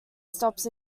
stops